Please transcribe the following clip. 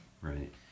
Right